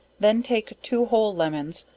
then take two whole lemons,